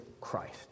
Christ